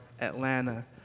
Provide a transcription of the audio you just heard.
Atlanta